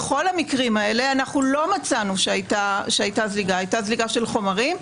בכל המקרים האלה אנחנו לא מצאנו שהייתה זליגה של חומרים.